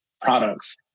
products